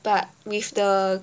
but with the